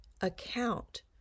account